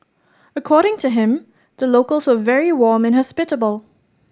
according to him the locals were very warm and hospitable